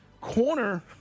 Corner